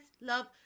Love